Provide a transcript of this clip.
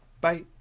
Bye